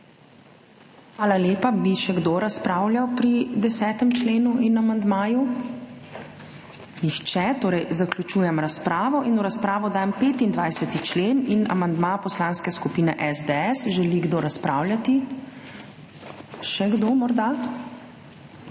Hvala lepa. Bi še kdo razpravljal pri 10. členu in amandmaju? Nihče. Torej, zaključujem razpravo. In v razpravo dajem 25. člen in amandma Poslanske skupine SDS. Želi kdo razpravljati? Še kdo morda?